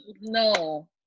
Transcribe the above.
no